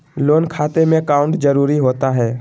Loan खाते में account जरूरी होता है?